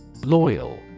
Loyal